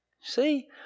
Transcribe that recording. See